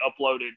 uploaded